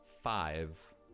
five